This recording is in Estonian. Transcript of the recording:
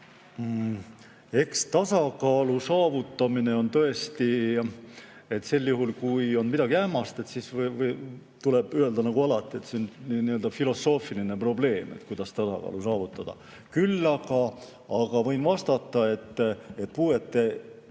Eks tasakaalu saavutamine on tõesti ... Sel juhul, kui on midagi ähmast, siis tuleb alati öelda, et see on nii-öelda filosoofiline probleem, kuidas tasakaalu saavutada. Küll aga võin vastata, et puuetega